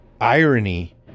Irony